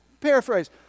Paraphrase